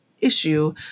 issue